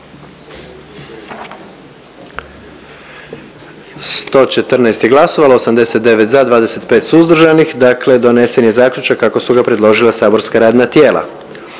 122 glasa za i donesen je zaključak kako su ga predložila saborska radna tijela.